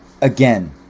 again